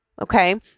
Okay